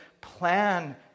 plan